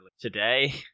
today